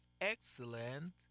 excellent